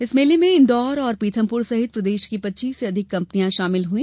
इस मेले में इन्दौर और पीथमपुर सहित प्रदेश की पच्चीस से अधिक कंपनियां शामिल हुई